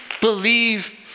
believe